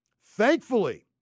Thankfully